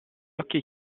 occhi